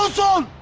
don't